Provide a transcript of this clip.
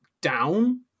down